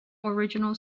original